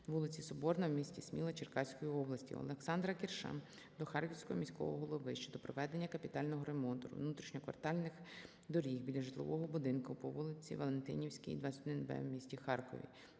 вулиці Соборна в місті Сміла Черкаської області. Олександра Кірша до Харківського міського голови щодо проведення капітального ремонту внутрішньоквартальних доріг біля житлового будинку по вулиці Валентинівській, 21-Б в місті Харкові.